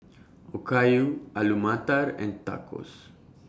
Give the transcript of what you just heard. Okayu Alu Matar and Tacos